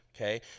Okay